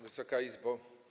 Wysoka Izbo!